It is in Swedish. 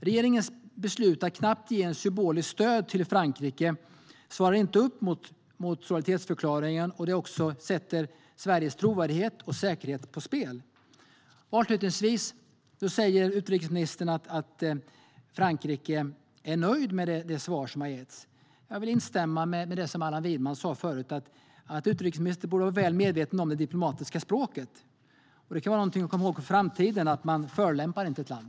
Regeringens beslut att knappt ge ens symboliskt stöd till Frankrike svarar inte upp mot solidaritetsförklaringen, och det sätter Sveriges trovärdighet och säkerhet på spel. Utrikesministern säger att man från Frankrikes sida är nöjd med det svar som har getts. Jag vill instämma i det som Allan Widman sa förut om att utrikesministern borde vara väl medveten om det diplomatiska språket. Det kan vara någonting att komma ihåg för framtiden att man inte förolämpar ett land.